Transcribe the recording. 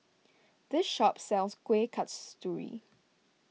this shop sells Kueh Kasturi